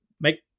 make